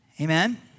Amen